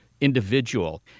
individual